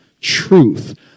truth